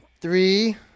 Three